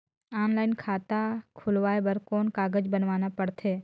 Online खाता खुलवाय बर कौन कागज बनवाना पड़थे?